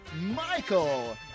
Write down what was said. Michael